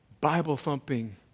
Bible-thumping